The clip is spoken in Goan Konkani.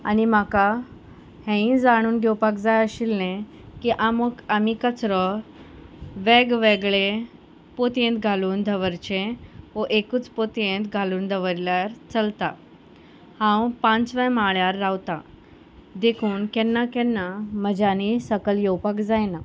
आनी म्हाका हेंय जाणून घेवपाक जाय आशिल्लें की आमोक आमी कचरो वेगवेगळे पोतयेंत घालून दवरचें वो एकूच पोतयेंत घालून दवरल्यार चलता हांव पांचव्या माळ्यार रावतां देखून केन्ना केन्ना म्हज्यानी सकल येवपाक जायना